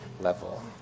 level